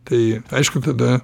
tai aišku tada